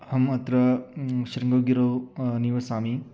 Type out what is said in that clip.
अहमत्र शृङ्गगिरौ निवसामि